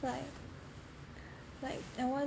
like like I want